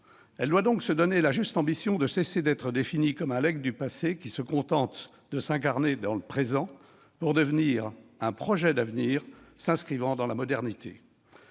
Elle doit donc se donner la juste ambition de cesser d'être définie comme un legs du passé qui se contente de s'incarner dans le présent, pour devenir un projet d'avenir inscrit dans la modernité.